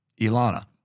Ilana